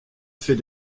fait